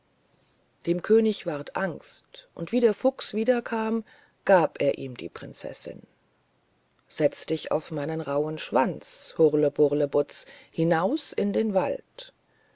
dem könig ward angst und wie der fuchs wieder kam gab er ihm die prinzessin setz dich auf meinen rauhen schwanz hurleburlebutz hinaus in den wald